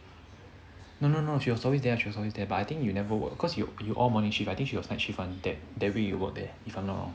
no no no she was always there she was always there but I think you never work because you all you all morning shift I think she was night shift one that week we work there